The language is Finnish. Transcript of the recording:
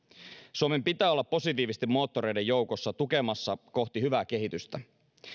suomen pitää olla positiivisten moottoreiden joukossa tukemassa hyvää kehitystä